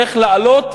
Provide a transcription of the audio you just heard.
איך לעלות,